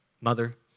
Mother